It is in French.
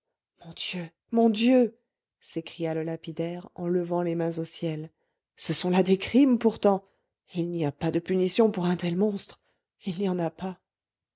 mon dieu mon dieu s'écria le lapidaire en levant les mains au ciel ce sont là des crimes pourtant et il n'y a pas de punition pour un tel monstre il n'y en a pas